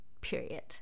period